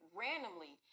randomly